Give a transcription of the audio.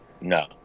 No